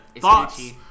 thoughts